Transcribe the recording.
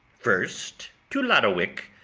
first to lodowick,